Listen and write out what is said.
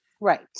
right